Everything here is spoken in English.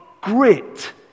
grit